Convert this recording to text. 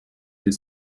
des